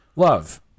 Love